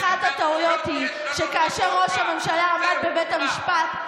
אחת הטעויות היא שכאשר ראש הממשלה עמד בבית המשפט,